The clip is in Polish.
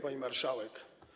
Pani Marszałek!